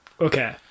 Okay